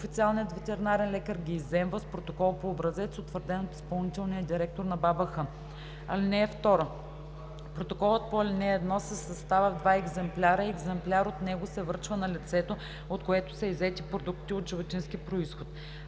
официалният ветеринарен лекар ги изземва с протокол по образец, утвърден от изпълнителния директор на БАБХ. (2) Протоколът по ал. 1 се съставя в два екземпляра и екземпляр от него се връчва на лицето, от което са иззети продуктите от животински произход.